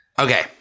Okay